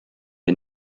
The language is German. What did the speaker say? wir